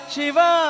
Shiva